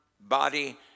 body